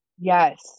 Yes